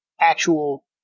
actual